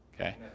Okay